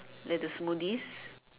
like the smoothies